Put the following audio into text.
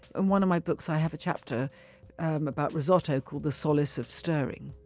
and one of my books i have a chapter about risotto called the solace of stirring.